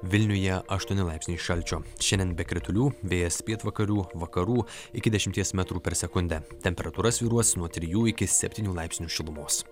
vilniuje aštuoni laipsniai šalčio šiandien be kritulių vėjas pietvakarių vakarų iki dešimties metrų per sekundę temperatūra svyruos nuo trijų iki septynių laipsnių šilumos